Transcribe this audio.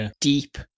deep